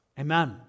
Amen